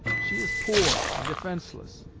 she is poor and defenceless.